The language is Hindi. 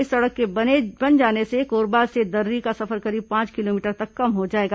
इस सड़क के बने जाने से कोरबा से दर्री का सफर करीब पांच किलोमीटर तक कम हो जाएगा